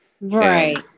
Right